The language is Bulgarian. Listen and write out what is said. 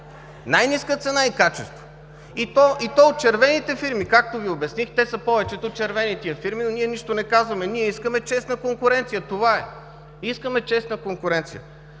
най-ниска цена и качество, и то от червените фирми. Както Ви обясних повечето са червени. Нищо не казваме. Искаме честна конкуренция. Това е. Искаме честна конкуренция.